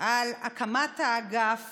על הקמת האגף